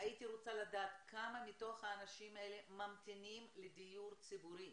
הייתי רוצה לדעת כמה מתוך האנשים האלה ממתינים לדיור ציבורי,